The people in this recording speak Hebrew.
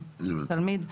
תלמיד.